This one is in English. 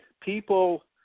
people